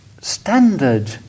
standard